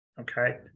Okay